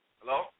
Hello